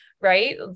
right